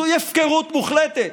זו הפקרות מוחלטת.